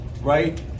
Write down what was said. right